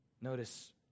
Notice